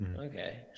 okay